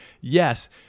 Yes